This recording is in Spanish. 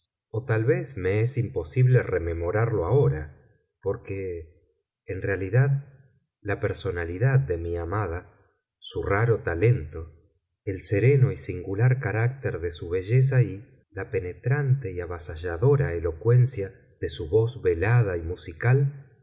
o tal vez me es imposible rememorarlo ahora porque en realidad la personalidad de mi amada su raro talento el sereno y singular carácter de su belleza y la penetrante y avasalladora elocuencia de su voz velada y musical